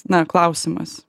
na klausimas